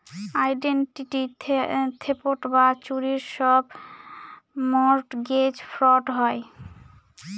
identity theft বা চুরির সব মর্টগেজ ফ্রড হয়